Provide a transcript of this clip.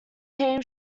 team